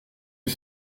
que